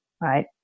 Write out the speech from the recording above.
right